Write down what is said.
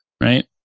right